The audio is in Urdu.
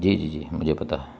جی جی جی مجھے پتا ہے